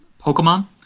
Pokemon